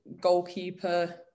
goalkeeper